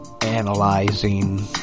Analyzing